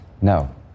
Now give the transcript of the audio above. No